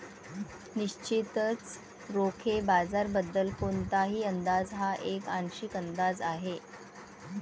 निश्चितच रोखे बाजाराबद्दल कोणताही अंदाज हा एक आंशिक अंदाज आहे